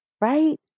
right